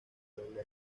doble